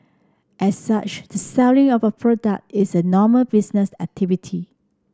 as such the selling of our product is a normal business activity